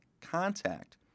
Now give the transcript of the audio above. contact